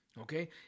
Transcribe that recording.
Okay